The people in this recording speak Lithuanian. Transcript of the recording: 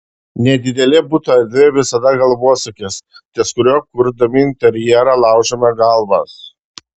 nedidelė buto erdvė visada galvosūkis ties kuriuo kurdami interjerą laužome galvas